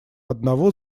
одного